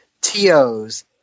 TOs